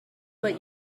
but